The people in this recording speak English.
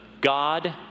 god